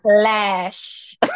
flash